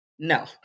No